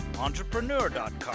entrepreneur.com